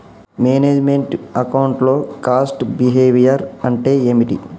Manage meant account లో cost behaviour అంటే ఏమిటి?